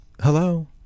hello